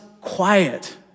quiet